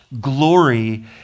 glory